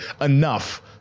enough